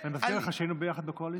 אני מזכיר לך שהיינו יחד בקואליציה.